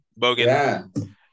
bogan